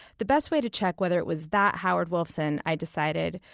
the best way to check whether it was that howard wolfson, i decided,